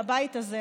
לבית הזה,